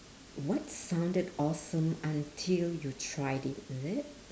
what sounded awesome until you tried it is it